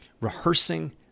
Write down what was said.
rehearsing